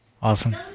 Awesome